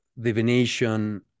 divination